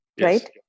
Right